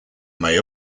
may